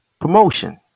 Promotion